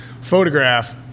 photograph